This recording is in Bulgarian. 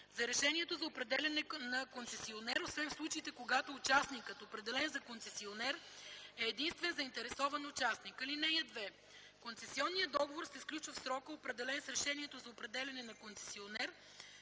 за решението за определяне на концесионер, освен в случаите, когато участникът, определен за концесионер, е единствен заинтересуван участник. (2) Концесионният договор се сключва в срока, определен с решението за определяне на концесионер,